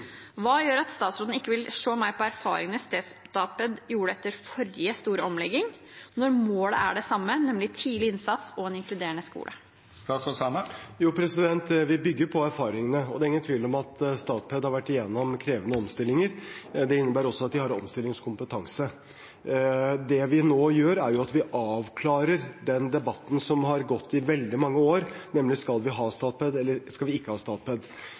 Hva gjør at statsråden ikke vil se mer på erfaringene Statped gjorde seg etter forrige store omlegging, når målet er det samme, nemlig tidlig innsats og en inkluderende skole? Vi bygger på erfaringene, og det er ingen tvil om at Statped har vært gjennom krevende omstillinger. Det innebærer også at de har omstillingskompetanse. Det vi nå gjør, er at vi avklarer debatten som har gått i veldig mange år, nemlig om vi skal ha Statped eller